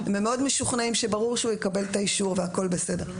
אם הם מאוד משוכנעים שברור שהוא יקבל את האישור והכול בסדר.